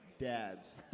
dads